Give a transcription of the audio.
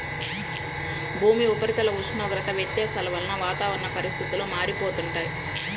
భూమి ఉపరితల ఉష్ణోగ్రత వ్యత్యాసాల వలన వాతావరణ పరిస్థితులు మారిపోతుంటాయి